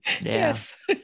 yes